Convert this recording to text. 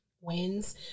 wins